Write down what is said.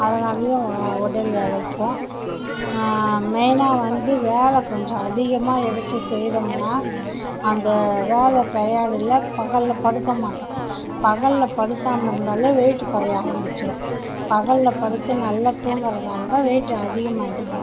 அதனாலயே உடல் இளைக்கும் மெயினா வந்து வேலை கொஞ்சம் அதிகமாக எடுத்து செய்தம்னா அந்த வேலை டயர்டுல பகலில் படுக்க மாட்டோம் பகலில் படுக்காமல் இருந்தாலே வெயிட் குறைய ஆரம்பிச்சிரும் பகலில் படுத்து நல்ல தூங்கறதாலதான் வெயிட் அதிகமாயிடுது